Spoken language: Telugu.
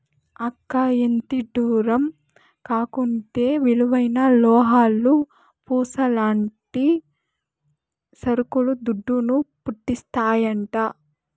అక్కా, ఎంతిడ్డూరం కాకుంటే విలువైన లోహాలు, పూసల్లాంటి సరుకులు దుడ్డును, పుట్టిస్తాయంట